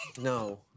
No